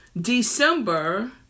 December